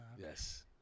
Yes